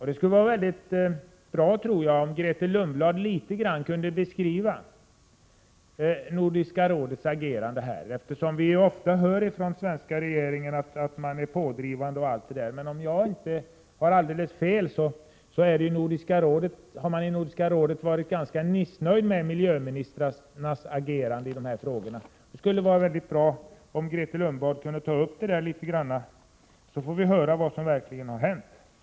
Det skulle vara väldigt bra om Grethe Lundblad i någon mån kunde beskriva Nordiska rådets agerande i detta sammanhang. Vi hör ju ofta av den svenska regeringen att man är en pådrivande kraft i detta avseende. Men om jag inte tar alldeles fel, har man från Nordiska rådets sida varit ganska missnöjd med det sätt på vilket de olika ländernas miljöministrar har agerat. Det skulle således vara väldigt bra om Grethe Lundblad något kunde redogöra för vad som verkligen har förevarit.